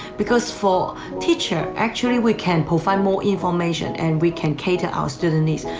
because for teacher, actually we can provide more information, and we can cater our student needs.